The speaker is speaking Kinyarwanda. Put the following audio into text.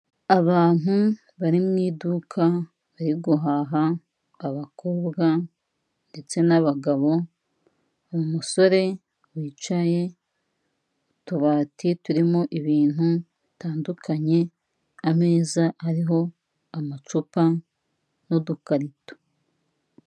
Abantu bari mu iduka, bari guhaha, abakobwa ndetse n'abagabo umusore wicaye tubati turimo ibintu bitandukanye, ameza ariho amacupa n'udukarito.